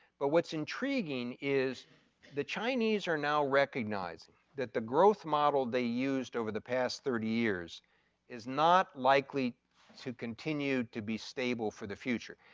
but what's intriguing is the chinese are now recognized that the growth model they used over the past thirty years is not likely to continue to be stable for the future.